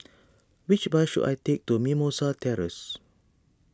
which bus should I take to Mimosa Terrace